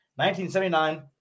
1979